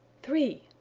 three!